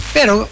Pero